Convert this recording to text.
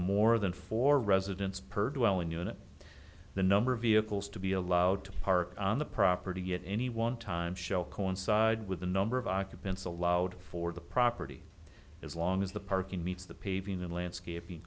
more than four residents per dwelling unit the number of vehicles to be allowed to park on the property at any one time shall coincide with the number of occupants allowed for the property as long as the parking meets the paving and landscaping